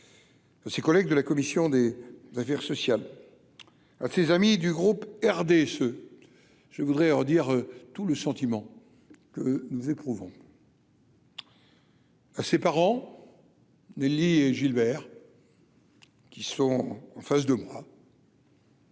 ses collègues de la commission des affaires sociales à ses amis du groupe RDSE je voudrais redire tout le sentiment que nous éprouvons. à ses parents, Nelly et Gilbert. Qui sont en face de moi.